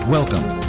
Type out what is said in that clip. Welcome